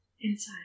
Inside